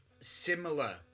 similar